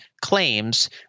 claims